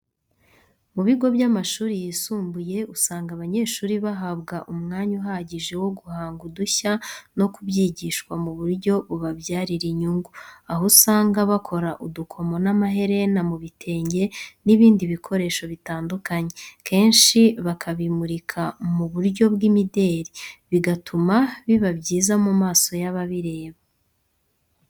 Mu bigo by’amashuri yisumbuye, usanga abanyeshuri bahabwa umwanya uhagije wo guhanga udushya no kubyigishwa mu buryo bubabyarira inyungu. Aho, usanga bakora udukomo n’amaherena mu bitenge n’ibindi bikoresho bitandukanye, kenshi bakabimurika mu buryo bw’imideli, bigatuma biba byiza mu maso y’ababireba.